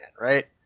right